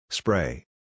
Spray